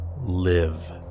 Live